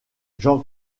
jean